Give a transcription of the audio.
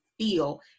feel